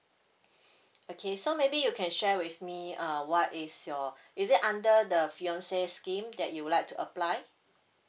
okay so maybe you can share with me uh what is your is it under the fiancee scheme that you would like to apply